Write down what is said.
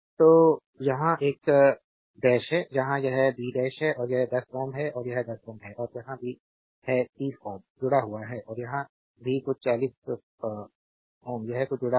तो यहां यह एक डैश है यहां यह बी डैश है और यह 10 Ω है और यह 10 Ω है और यहां भी है कि 30 Ω जुड़ा हुआ है और यहां भी कुछ ५० Ω यह कुछ जुड़ा हुआ है